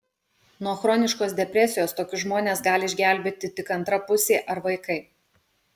nuo chroniškos depresijos tokius žmones gali išgelbėti tik antra pusė ar vaikai